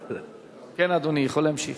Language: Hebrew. כן, אדוני יכול להמשיך.